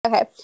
Okay